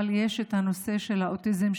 יש את נושא האוטיזם,